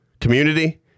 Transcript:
community